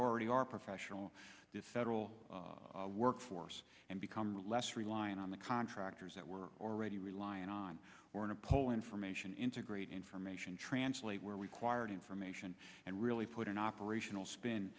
already are a professional federal workforce and become less reliant on the contractors that we're already reliant on or in a poll information integrate information translate where we quired information and really put an operational spin